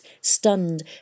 stunned